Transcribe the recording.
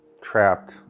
trapped